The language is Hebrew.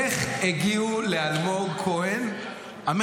איך הגיעו המקורות